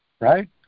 right